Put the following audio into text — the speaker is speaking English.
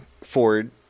ford